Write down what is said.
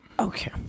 Okay